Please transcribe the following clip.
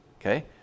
Okay